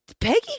Peggy